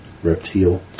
Reptile